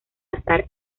azar